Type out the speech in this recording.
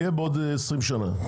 יהיה בעוד עשרים שנה,